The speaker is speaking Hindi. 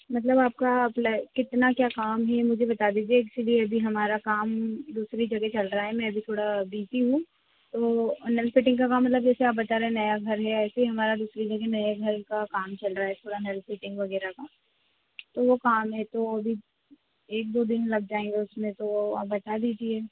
मतलब आपका अपला कितना क्या काम है मुझे बता दीजिए क्योंकि अभी हमारा काम दूसरी जगह चल रहा है मैं अभी थोड़ा बिजी हूँ तो नल फिटिंग का काम मतलब जैसे आप बता रहे हैं नया घर है ऐसे ही हमारा दूसरी जगह नए घर का काम चल रहा है थोड़ा नल फिटिंग वग़ैरह का तो वह काम है तो अभी एक दो दिन लग जाएगा उसमें तो आप बता दीजिए